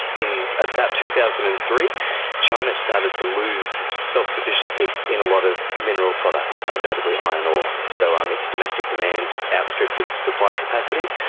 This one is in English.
in about two thousand and three china started to lose self-sufficiency in a lot of mineral products, and notably iron ore. so um its domestic demand outstripped its supply capacity,